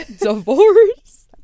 divorce